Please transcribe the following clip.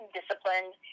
disciplined